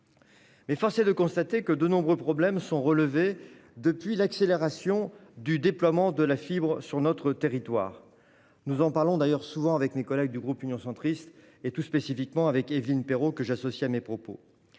Mais force est de constater que de nombreux problèmes sont relevés depuis l'accélération du déploiement de la fibre sur notre territoire. C'est un sujet dont je discute souvent avec mes collègues du groupe Union Centriste, notamment avec Évelyne Perrot, que j'associe à mes propos.